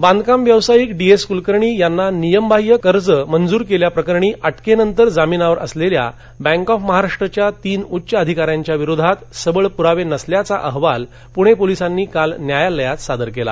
झिके बांधकाम व्यावसायिक डी क्रि कुलकर्णी यांना नियमबाह्य कर्ज मंजूर केल्याप्रकरणी अटकेनंतर जामिनावर असंलेल्या बँक ऑफ महाराष्ट्राच्या तीन उच्च अधिका यांविरोधात सबळ पुरावे नसल्याचा अहवाल पुणे पोलिसांनी काल न्यायालयात सादर केला